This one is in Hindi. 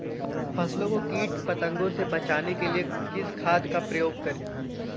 फसलों को कीट पतंगों से बचाने के लिए किस खाद का प्रयोग करें?